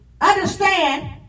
understand